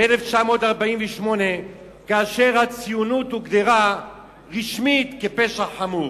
מ-1948, כשהציונות הוגדרה רשמית כפשע חמור,